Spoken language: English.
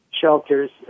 Shelters